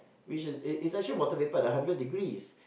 which is is actually water vapour at a hundred degrees